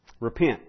Repent